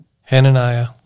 Hananiah